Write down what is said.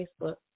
Facebook